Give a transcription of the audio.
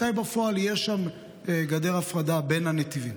מתי בפועל תהיה שם גדר הפרדה בין הנתיבים?